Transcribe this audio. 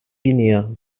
guinea